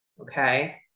okay